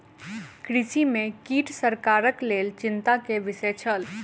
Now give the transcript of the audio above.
कृषि में कीट सरकारक लेल चिंता के विषय छल